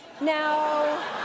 now